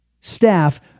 staff